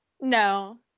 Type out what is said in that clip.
No